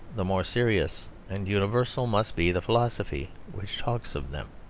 the more serious and universal must be the philosophy which talks of them.